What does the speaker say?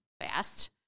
fast